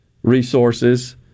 Resources